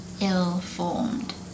ill-formed